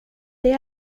det